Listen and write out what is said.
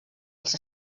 als